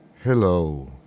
Hello